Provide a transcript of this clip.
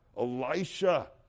Elisha